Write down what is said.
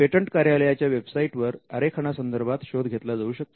patent कार्यालयाच्या वेबसाईटवर आरेखनासंदर्भात शोध घेतला जाऊ शकतो